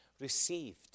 received